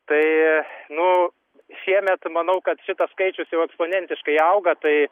tai nu šiemet manau kad šitas skaičius jau eksponentiškai auga tai